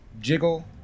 jiggle